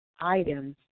items